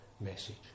message